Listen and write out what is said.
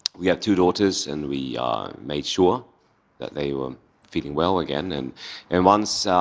we have two daughters and we made sure that they were feeling well again. and and once